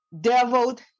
deviled